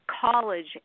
college